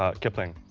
ah kipling.